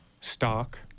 stock